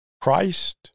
Christ